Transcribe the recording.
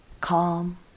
calm